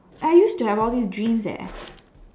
I used to have all these dreams eh